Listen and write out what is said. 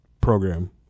program